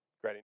Great